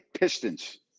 Pistons